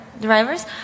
Drivers